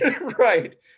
Right